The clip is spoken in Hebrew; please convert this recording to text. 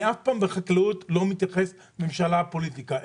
אני אף פעם בחקלאות לא מתייחס לממשלה כאל פוליטיקה,